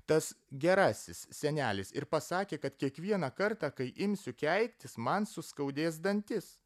tas gerasis senelis ir pasakė kad kiekvieną kartą kai imsiu keiktis man suskaudės dantis